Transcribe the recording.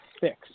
fix